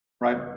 right